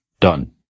done